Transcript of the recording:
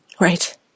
Right